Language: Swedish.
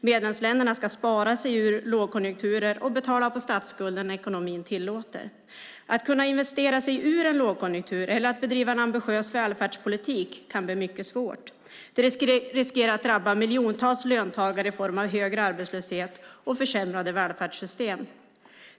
Medlemsländerna ska spara sig ur lågkonjunkturer och betala på statsskulden när ekonomin tillåter. Att kunna investera sig ur en lågkonjunktur eller att bedriva en ambitiös välfärdspolitik kan bli mycket svårt. Det riskerar att drabba miljontals löntagare i form av högre arbetslöshet och försämrade välfärdssystem.